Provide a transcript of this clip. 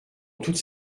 toutes